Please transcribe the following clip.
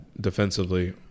defensively